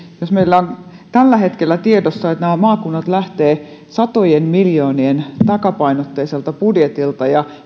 jos meillä on tällä hetkellä tiedossa että nämä maakunnat lähtevät satojen miljoonien takapainotteiselta budjetilta ja